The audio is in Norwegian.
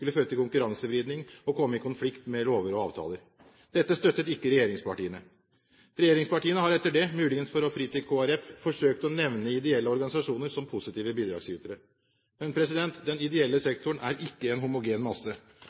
skulle føre til konkurransevridning og komme i konflikt med lover og avtaler. Dette støttet ikke regjeringspartiene. Regjeringspartiene har etter det, muligens for å fri til Kristelig Folkeparti, forsøkt å nevne ideelle organisasjoner som positive bidragsytere. Men den ideelle sektoren er ikke en homogen masse.